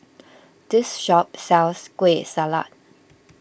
this shop sells Kueh Salat